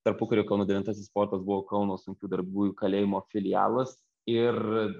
tarpukariu kauno devintasis fortas buvo kauno sunkių darbų kalėjimo filialas ir